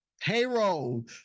payroll